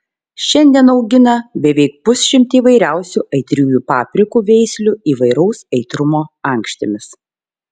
šiandien augina beveik pusšimtį įvairiausių aitriųjų paprikų veislių įvairaus aitrumo ankštimis